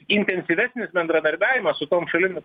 intensyvesnis bendradarbiavimas su tom šalim